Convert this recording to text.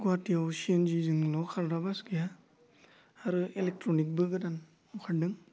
गुवाहाटियाव सिनजिजोंल' खारग्रा बास गैया आरो इलेक्ट्रनिकबो गोदान अंखारदों